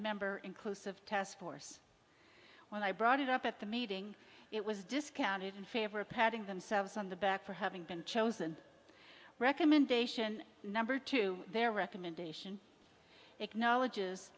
member inclusive task force when i brought it up at the meeting it was discounted in favor of patting themselves on the back for having been chosen recommendation number two their recommendation acknowledges